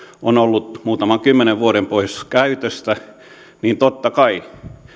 on ollut muutaman kymmenen vuotta pois käytöstä niin totta kai